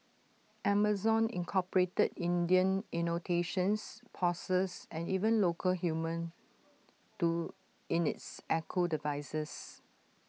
Amazon incorporated Indian intonations pauses and even local humour to in its echo devices